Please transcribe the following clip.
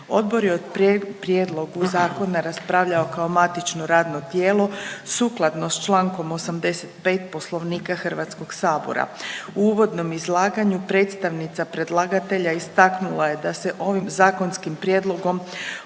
Odbor je o prijedlogu zakona raspravljao kao matično radno tijelo sukladno s čl. 85. Poslovnika HS-a. U uvodnom izlaganju predstavnica predlagatelja istaknula je da se ovim zakonskim prijedlogom